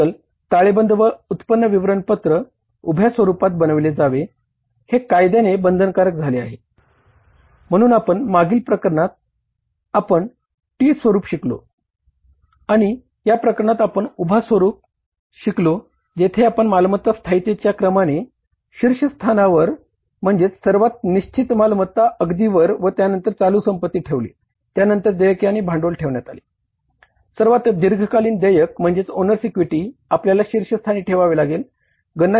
आजकाल ताळेबंद शिर्षस्थानावर म्हणजेच सर्वात निशचित मालमत्ता अगदीवर आणि त्यानंतर चालू संपत्ती ठेवली त्यानंतर देयक आणि भांडवल ठेवण्यात आले